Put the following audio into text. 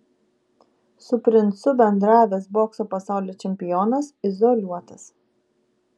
su princu bendravęs bokso pasaulio čempionas izoliuotas